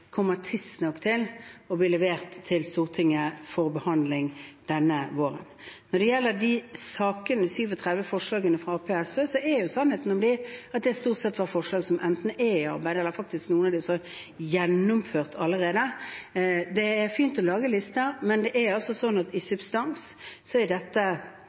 kommer tidsnok til å bli levert til Stortinget for behandling denne våren. Når det gjelder de 37 forslagene fra Arbeiderpartiet og SV, er sannheten om dem at det stort sett er forslag som er under arbeid, og noen av dem er faktisk gjennomført allerede. Det er fint å lage lister, men i substans er dette forslag som allerede er vedtatt, gjort noe med, er